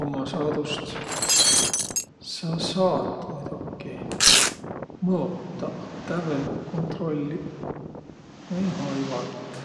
Umma saadust sa saat muidoki mõotaq. A tävvelikku kontrolliq? Ei, vaivalt.